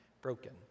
broken